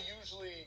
usually